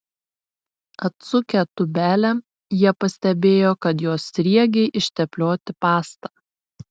atsukę tūbelę jie pastebėjo kad jos sriegiai išteplioti pasta